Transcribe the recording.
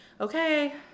okay